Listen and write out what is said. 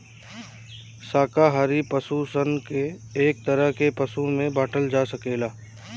शाकाहारी पशु सन के एक तरह के पशु में बाँटल जा सकेला